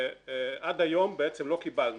עד היום בעצם לא קיבלנו.